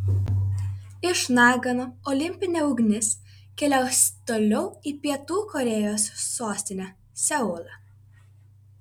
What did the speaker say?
iš nagano olimpinė ugnis keliaus toliau į pietų korėjos sostinę seulą